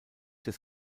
des